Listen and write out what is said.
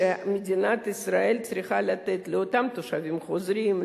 שמדינת ישראל צריכה לתת לאותם תושבים חוזרים,